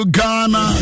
Ghana